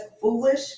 foolish